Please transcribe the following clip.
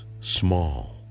small